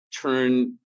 turn